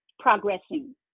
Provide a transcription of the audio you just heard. progressing